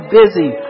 busy